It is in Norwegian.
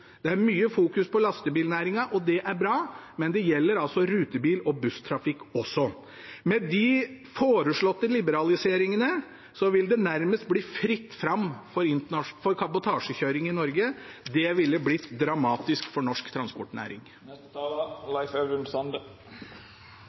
Det er mye oppmerksomhet rundt lastebilnæringen, og det er bra, men det gjelder altså rutebil- og busstrafikk også. Med de foreslåtte liberaliseringene vil det nærmest bli fritt fram for kabotasjekjøring i Norge. Det vil være dramatisk for norsk transportnæring.